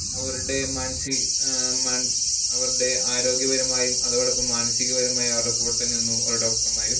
അവരുടെ അവരുടെ ആരോഗ്യപരമായും അതോടൊപ്പം മാനസികപരമായി അവരുടെ കൂടെ തന്നെ നിന്നു ഒരോ ഡോക്ടർമാരും